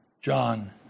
John